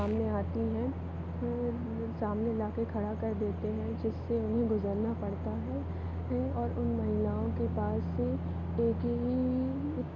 सामने आती हैं सामने लाके खड़ा कर देते हैं जिससे उन्हें गुजरना पड़ता है और उन महिलाओं के पास एक ही